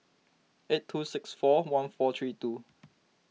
eight two six four one four three two